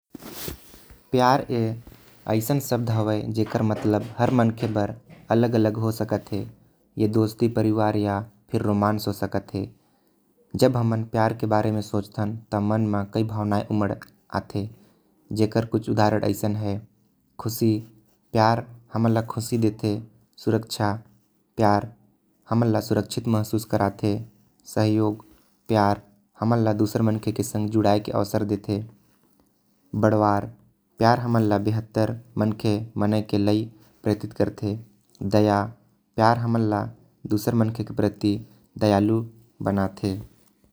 प्यार के मतलब सबकर लिए अलग अलग होथे। ये दोस्ती परिवार या रोमांस म हो सकत हवे। प्यार के बारे मे सोचे से मन म बहुत भावनायें उमड़ के आथे। प्यार हमन ल खुशी देथे सुरक्षा देथे सहयोग देथे कोई से जुड़े के मौका देथे अउ केकरो बर दया करे के भी मौका देथे।